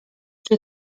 czy